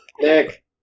Nick